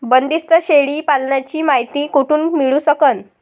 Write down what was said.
बंदीस्त शेळी पालनाची मायती कुठून मिळू सकन?